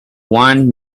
wand